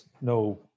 no